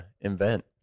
invent